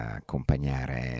accompagnare